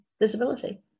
disability